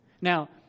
Now